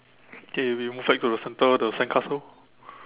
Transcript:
okay we move back to the center the sandcastle